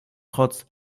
trotz